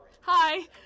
Hi